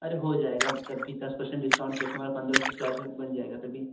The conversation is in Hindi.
अरे हो जाएगा तब भी दस पर्सेन्ट डिस्काउंट कर के भी हमारा पंद्रह सौ चार्ज बन जाएगा तब भी